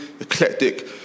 eclectic